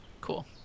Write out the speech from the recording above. Cool